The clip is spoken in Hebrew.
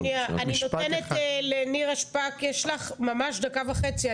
שנייה, אני נותנת לנירה שפק, יש לך דקה וחצי.